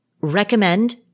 recommend